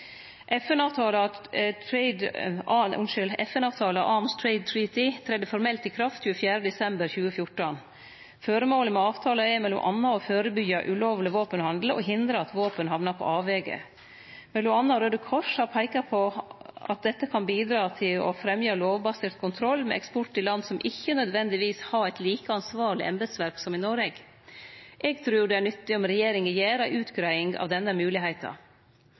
tredde formelt i kraft 24. desember 2014. Føremålet med avtala er m.a. å førebyggje ulovleg våpenhandel og hindre at våpen hamner på avvegar. Mellom anna Raudekrossen har peika på at dette kan bidra til å fremje lovbasert kontroll med eksport i land som ikkje nødvendigvis har eit like ansvarleg embetsverk som Noreg. Eg trur det er nyttig om regjeringa gjer ei utgreiing av denne moglegheita.